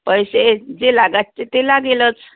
पैसे जे लागायचे ते लागेलंच